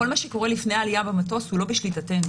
כל מה שקורה לפני העלייה למטוס הוא לא בשליטתנו.